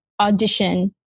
audition